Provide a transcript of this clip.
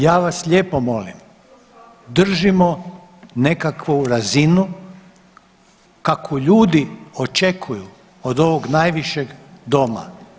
Ja vas lijepo molim držimo nekakvu razinu kakvu ljudi očekuju od ovog najvišeg doma.